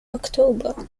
october